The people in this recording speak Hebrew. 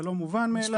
זה לא מובן מאליו.